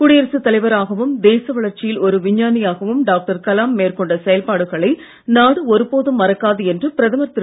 குடியரசுத் தலைவராகவும் தேச வளர்ச்சியில் ஒரு விஞ்ஞானியாகவும் டாக்டர் கலாம் மேற்கொண்ட செயல்பாடுகளை நாடு ஒருபோதும் மறக்காது என்று பிரதமர் திரு